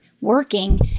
working